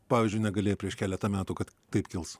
pavyzdžiui negalėjo prieš keletą metų kad taip kils